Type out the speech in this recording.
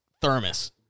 thermos